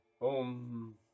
boom